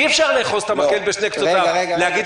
אי אפשר לאחוז את המקל משני קצותיו ולהגיד